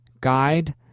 guide